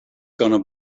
gonna